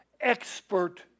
expert